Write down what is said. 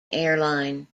airline